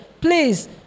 Please